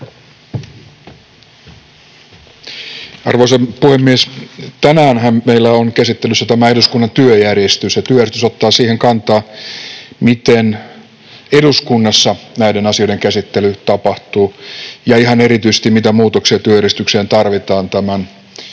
Arvoisa puhemies! Tänäänhän meillä on käsittelyssä tämä eduskunnan työjärjestys, ja työjärjestys ottaa kantaa siihen, miten eduskunnassa näiden asioiden käsittely tapahtuu, ja ihan erityisesti, mitä muutoksia työjärjestykseen tarvitaan tämän uuden